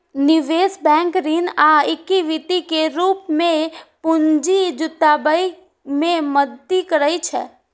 निवेश बैंक ऋण आ इक्विटी के रूप मे पूंजी जुटाबै मे मदति करै छै